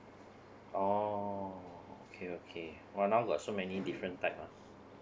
oh okay okay oh now got so many different type ah